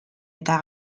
eta